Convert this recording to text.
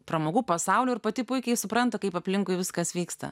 pramogų pasaulio ir pati puikiai supranta kaip aplinkui viskas vyksta